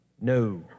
No